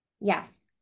yes